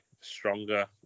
stronger